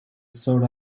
sort